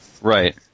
Right